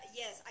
yes